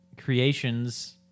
creations